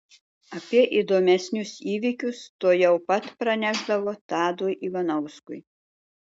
apie įdomesnius įvykius tuojau pat pranešdavo tadui ivanauskui